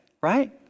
right